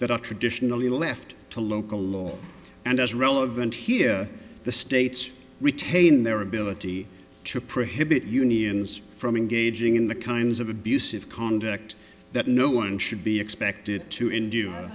that are traditionally left to local law and as relevant here the states retain their ability to prohibit unions from engaging in the kinds of abusive conduct that no one should be expected to in